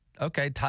okay